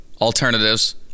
alternatives